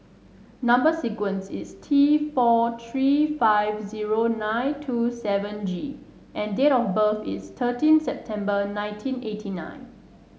number sequence is T four three five zero nine two seven G and date of birth is thirteen September nineteen eighty nine